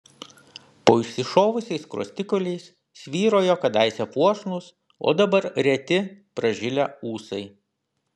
po išsišovusiais skruostikauliais svyrojo kadaise puošnūs o dabar reti pražilę ūsai